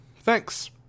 Thanks